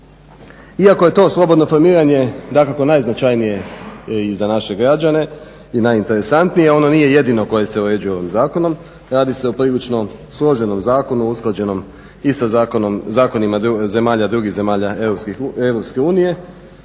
Iako je to slobodno formiranje dakako najznačajnije i za naše građane i najinteresantnije, ono nije jedino koje se uređuje ovim zakonom, radi se o prilično složenom zakonu usklađenom i sa zakonima zemalja,